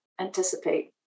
anticipate